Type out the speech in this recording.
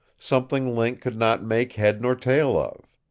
something link could not make head nor tail of.